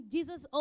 Jesus